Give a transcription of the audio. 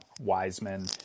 Wiseman